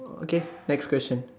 okay next question